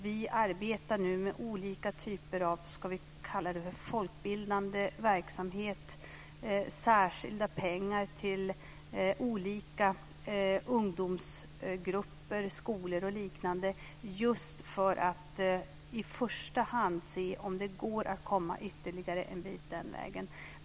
Vi arbetar nu med olika typer av folkbildande verksamhet, särskilda pengar till olika ungdomsgrupper, skolor och liknande just för att i första hand se om det går att komma ytterligare en bit den vägen.